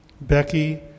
Becky